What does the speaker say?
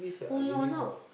oh you are not